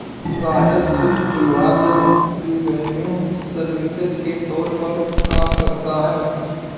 राजस्व विभाग revenue services के तौर पर काम करता है